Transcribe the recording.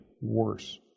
worse